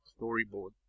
storyboard